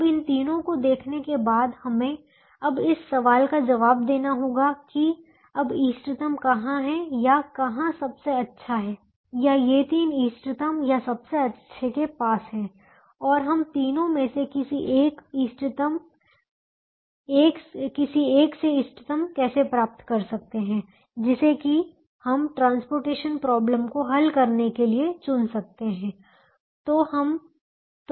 अब इन तीनों को देखने के बाद हमें अब इस सवाल का जवाब देना होगा कि अब इष्टतम कहाँ है या कहाँ सबसे अच्छा है या ये तीन इष्टतम या सबसे अच्छे के पास हैं और हम तीनों में से किसी एक से इष्टतम कैसे प्राप्त कर सकते हैं जिसे कि हम ट्रांसपोर्टेशन प्रोबलम को हल करने के लिए चुन सकते हैं